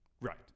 Right